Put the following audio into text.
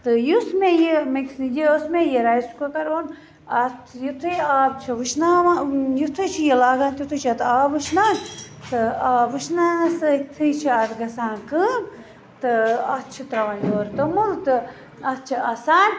تہٕ یُس مےٚ یہِ یُس مےٚ یہِ رایِس کُکر اوٚن اَتھ یُتھٕے آب چھُ وٕشناوان یُتھٕے چھُ یہِ لاگان تیُتھُے چھُ اَتھ آب وٕشنان تہٕ آب وٕشناونَس سۭتھٕے چھُ آز گَژھان کٲم تہٕ اَتھ چھُ ترٛاوان یورٕ توٚمُل تہٕ اَتھ چھِ آسان